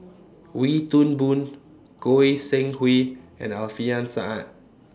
Wee Toon Boon Goi Seng Hui and Alfian Sa'at